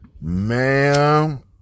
ma'am